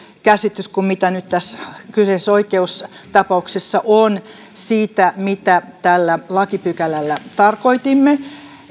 käsitys kuin mitä nyt tässä kyseisessä oikeustapauksessa on siitä mitä tällä lakipykälällä tarkoitimme